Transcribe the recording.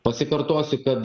pasikartosiu kad